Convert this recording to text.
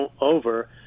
over